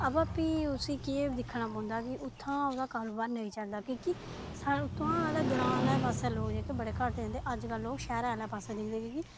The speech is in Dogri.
अवा भी उसी केह् दिक्खना पौंदा कि उत्थूं दा ओह्दा कारोबार निं चलदा की के साढ़ा तुआंह आह्ले ग्रां आह्ले पासै लोक जेह्के बड़े घट्ट दिखदे अजकल ओह् शैह्रै आह्लै पासै दिखदे की के